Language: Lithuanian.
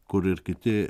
kur ir kiti